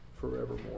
forevermore